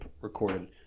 recorded